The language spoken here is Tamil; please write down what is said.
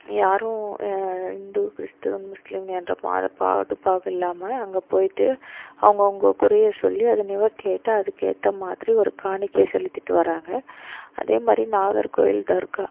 யாரும் இந்து கிறிஸ்த்துவம் முஸ்லீம் என்ற மத பாகுபாடும் இல்லாமல் அங்கே போய்விட்டு அவங்க அவங்க குறைய சொல்லி அது நிவர்த்தி ஆகிட்டு அதுக்கு ஏற்ற மாதிரி ஒரு காணிக்கையை செலுத்திவிட்டு வராங்க அதே மாதிரி நாகர்கோயில் தர்ஹா